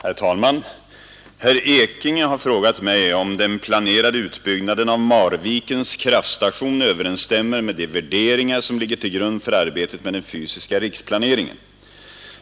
Herr talman! Herr Ekinge har frågat mig om den planerade utbyggnaden av Marvikens kraftstation överensstämmer med de värderingar som ligger till grund för arbetet med den fysiska riksplaneringen.